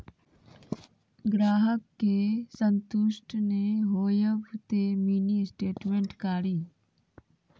ग्राहक के संतुष्ट ने होयब ते मिनि स्टेटमेन कारी?